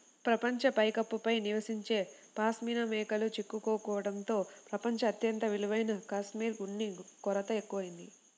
ప్రపంచ పైకప్పు పై నివసించే పాష్మినా మేకలు చిక్కుకోవడంతో ప్రపంచం అత్యంత విలువైన కష్మెరె ఉన్ని కొరత ఎక్కువయింది